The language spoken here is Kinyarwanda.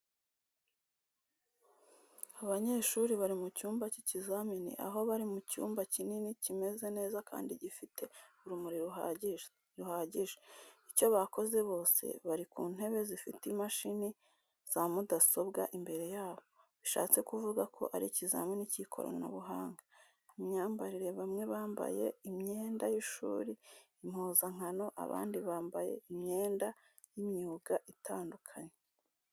Abanyeshuri bari mu cyumba cy'ikizamini, aho bari mu cyumba kinini, kimeze neza kandi gifite urumuri ruhagije. Icyo bakoze bose, bari ku ntebe zifite imashini za mudasobwa imbere yabo, bishatse kuvuga ko ari ikizamini cy’ikoranabuhanga. Imyambarire, bamwe bambaye imyenda y’ishuri impuzankano, abandi bambaye imyenda y’imyuga itandukanye.